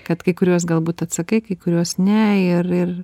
kad kai kuriuos galbūt atsakai kai kuriuos ne ir ir